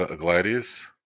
Gladius